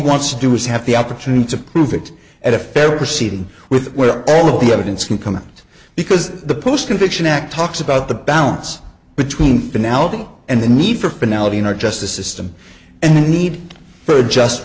wants to do is have the opportunity to prove it at a fair proceeding with where all of the evidence can come out because the post conviction act talks about the balance between banality and the need for penelope in our justice system and the need for a just